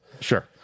Sure